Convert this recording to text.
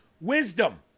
wisdom